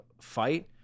fight